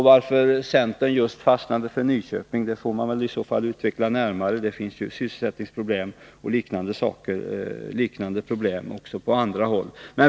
Varför centern fastnade för just Nyköping får man väl utveckla närmare, det finns ju liknande sysselsättningsproblem på andra håll.